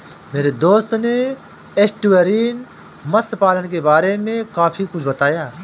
मेरे दोस्त ने एस्टुअरीन मत्स्य पालन के बारे में काफी कुछ बताया